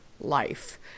life